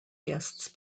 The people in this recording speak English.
guests